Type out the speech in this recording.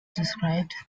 described